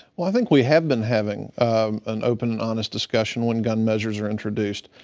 well, i think we have been having an open and honest discussion when gun measures are introduced.